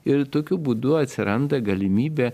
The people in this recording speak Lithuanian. ir tokiu būdu atsiranda galimybė